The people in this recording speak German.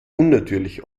unnatürlich